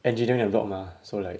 engineering 的 block mah so like